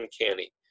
uncanny